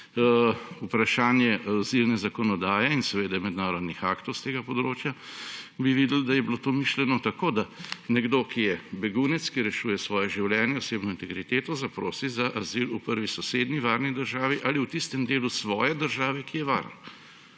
vprašanje azilne zakonodaje in mednarodnih aktov s tega področja, bi videli, da je bilo to mišljeno tako, da nekdo, ki je begunec, ki rešuje svoje življenje, osebno integriteto, zaprosi za azil v prvi sosednji varni državi ali v tistem delu svoje države, ki je varen.